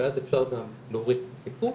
ואז אפשר גם להוריד את הצפיפות,